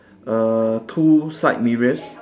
err two side mirrors